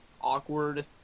awkward